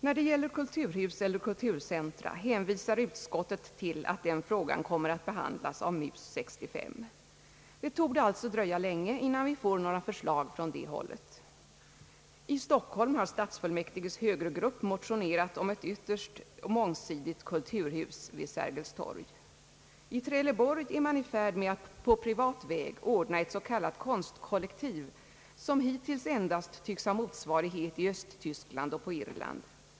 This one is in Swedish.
När det gäller kulturhus eller kulturcentra hänvisar utskottet till att den frå gan kommer att behandlas av MUS 65: Det torde alltså dröja länge innan vi får några förslag från det hållet. I Stockholm har stadsfullmäktiges högergrupp motionerat om ett ytterst mångsidigt kulturhus vid Sergels torg. I Trelleborg är man i färd med att på privat väg anordna ett s.k. konstkollektiv, som hittills endast tycks ha motsvarighet i Östtyskland och på Irland.